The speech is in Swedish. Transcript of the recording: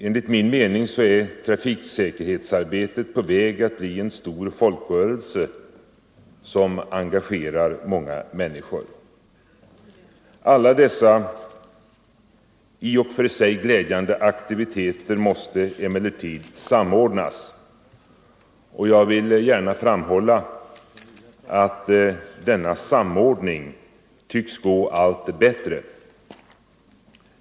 Enligt min mening är trafiksäkerhetsarbetet på väg att bli en stor folkrörelse som engagerar många människor. Alla dessa i och för sig glädjande aktiviteter måste emellertid samordnas, och jag vill gärna framhålla att denna samordning tycks gå allt bättre.